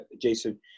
jason